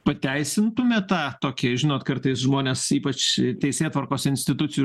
pateisintumėt tą tokį žinot kartais žmonės ypač teisėtvarkos institucijų